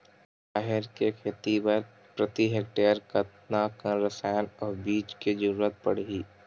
राहेर के खेती बर प्रति हेक्टेयर कतका कन रसायन अउ बीज के जरूरत पड़ही?